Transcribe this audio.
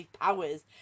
powers